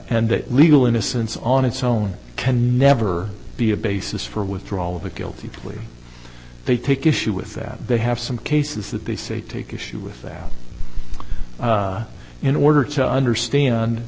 and that legal innocence on its own can never be a basis for a withdrawal of a guilty plea they take issue with that they have some cases that they say take issue with that in order to understand